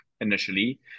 initially